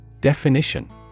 Definition